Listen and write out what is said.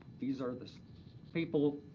these are the people